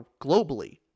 globally